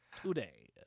today